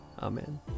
Amen